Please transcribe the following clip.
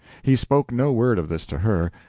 he spoke no word of this to her,